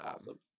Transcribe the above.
Awesome